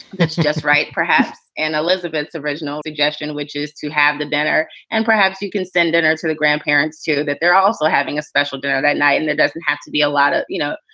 that's just right, perhaps. and elizabeth's original suggestion, which is to have the dinner and perhaps you can send it to the grandparents to that. they're also having a special dinner that night. and that doesn't have to be a lot of, you know,